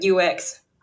UX